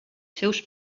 seus